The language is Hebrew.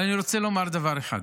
אבל אני רוצה לומר דבר אחד.